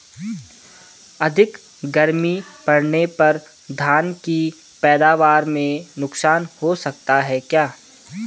अधिक गर्मी पड़ने पर धान की पैदावार में नुकसान हो सकता है क्या?